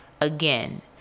Again